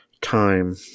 time